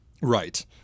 right